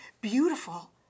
beautiful